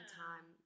time